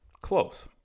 close